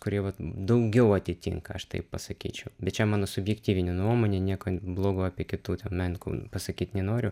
kurie vat daugiau atitinka aš taip pasakyčiau bet čia mano subjektyvinė nuomonė nieko blogo apie kitų ten menininkų pasakyt nenoriu